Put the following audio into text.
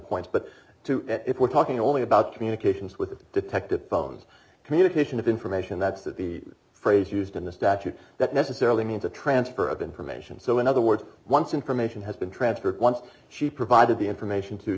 but if we're talking only about communications with detective phones communication of information that's that the phrase used in the statute that necessarily means a transfer of information so in other words once information has been transferred once she provided the information to